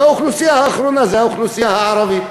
והאוכלוסייה האחרונה היא האוכלוסייה הערבית,